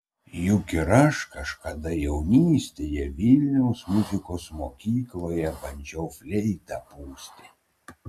juk ir aš kažkada jaunystėje vilniaus muzikos mokykloje bandžiau fleitą pūsti